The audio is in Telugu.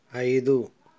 ఐదు